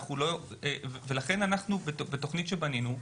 לכן בתוכנית שבנינו,